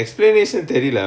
uh